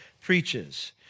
preaches